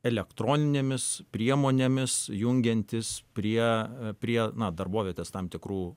elektroninėmis priemonėmis jungiantis prie prie darbovietės tam tikrų